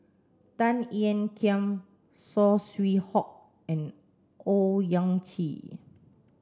Tan Ean Kiam Saw Swee Hock and Owyang Chi